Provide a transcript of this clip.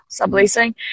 subleasing